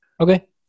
Okay